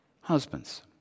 Husbands